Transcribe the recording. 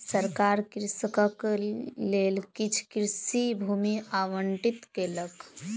सरकार कृषकक लेल किछ कृषि भूमि आवंटित केलक